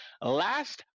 Last